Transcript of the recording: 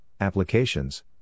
applications